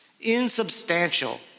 insubstantial